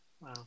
Wow